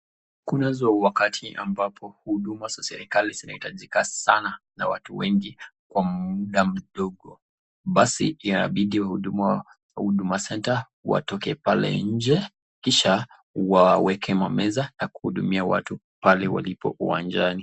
Kunazo wakati ambapo huduma za serikali zinaitajika sana na watu wengi kwa muda mdogo. Basi inabidi wahudumu wa Huduma Centre watoke pale nje kisha waweke mameza ya kuhudumia watu pale walipo uwanjani.